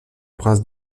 prince